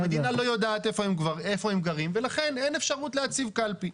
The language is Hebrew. המדינה לא יודעת איפה הם גרים ולכן אין אפשרות להציב קלפי.